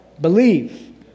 Believe